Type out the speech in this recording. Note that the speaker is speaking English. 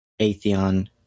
Atheon